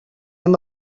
hem